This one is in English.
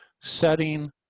setting